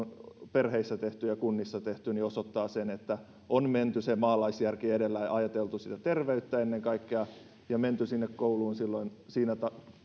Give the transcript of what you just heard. perheissä tehty ja kunnissa tehty osoittavat sen että on menty se maalaisjärki edellä ja ajateltu sitä terveyttä ennen kaikkea ja menty sinne kouluun silloin siinä